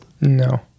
No